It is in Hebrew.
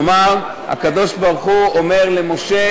כלומר, הקדוש-ברוך-הוא אומר למשה: